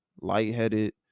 lightheaded